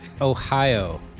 Ohio